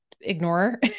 ignore